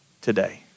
today